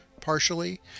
partially